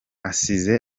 asize